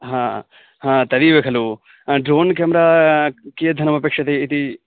हा हा तदेव खलु ड्रोन् क्याम्रा कियत् धनमपेक्षते इति